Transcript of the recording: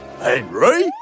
Henry